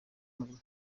umurimo